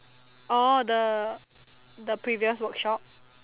orh the the previous workshop